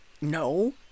no